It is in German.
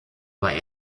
war